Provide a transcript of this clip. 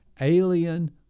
alien